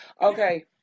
Okay